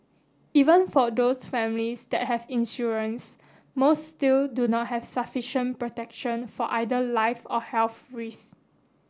even for those families that have insurance most still do not have sufficient protection for either life or health risk